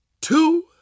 two